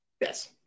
Yes